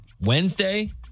Wednesday